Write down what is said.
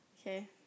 Okay